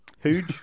Huge